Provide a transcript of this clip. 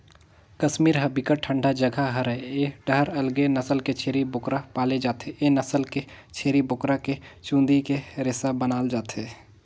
कस्मीर ह बिकट ठंडा जघा हरय ए डाहर अलगे नसल के छेरी बोकरा पाले जाथे, ए नसल के छेरी बोकरा के चूंदी के रेसा बनाल जाथे